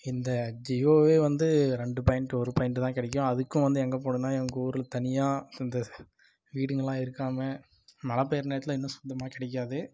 இந்த ஜியோவே வந்து ரெண்டு பாயிண்ட் ஒரு பாயிண்ட்தான் கிடைக்கும் அதுக்கும் வந்து எங்கே போணுன்னா எங்க ஊரில் தனியாக இந்த வீடுங்களெலாம் இருக்காமல் மழைப்பெய்ற நேரத்தில் இன்னும் சுத்தமாக கிடைக்காது